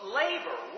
labor